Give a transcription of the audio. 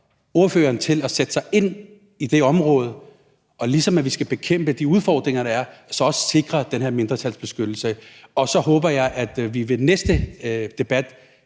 ordføreren til at sætte sig ind i det område, for ligesom vi skal bekæmpe de udfordringer, der er, skal vi også sikre den her mindretalsbeskyttelse. Og så håber jeg, at vi i den næste debat